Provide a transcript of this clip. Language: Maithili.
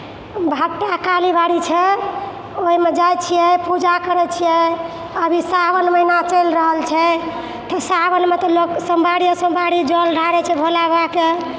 भट्ठा कालीबाड़ी छै ओहिमे जाइ छिए पूजा करै छिए अभी सावन महिना चलि रहल छै तऽ सावनमे तऽ लोक सोमवारिए सोमवारी जल ढारै छै भोला बाबाके